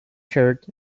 shirt